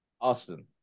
austin